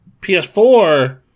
PS4